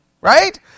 right